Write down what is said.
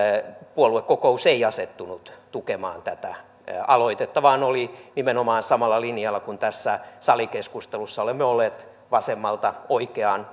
puoluekokous ei asettunut tukemaan tätä aloitetta vaan oli nimenomaan samalla linjalla kuin tässä salikeskustelussa olemme olleet vasemmalta oikeaan